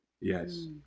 yes